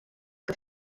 que